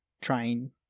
trying